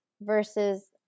versus